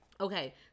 Okay